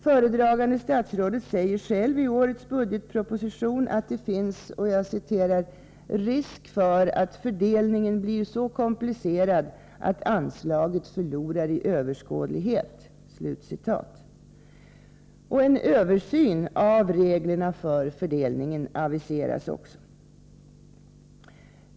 Föredragande statsråd säger själv i årets budgetproposition att det finns ”risk för att fördelningen blir så komplicerad att anslaget förlorar i överskådlighet”. En översyn av reglerna för fördelningen aviseras också.